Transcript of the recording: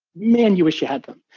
man, you wish you had them.